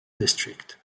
district